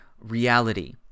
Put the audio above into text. reality